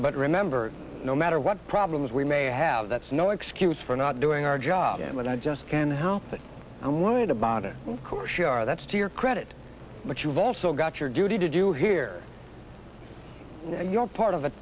but remember no matter what problems we may have that's no excuse for not doing our job and i just can't help that i learned about it course g r that's to your credit but you've also got your duty to do here you're part of a